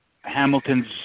Hamilton's